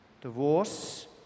divorce